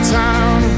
town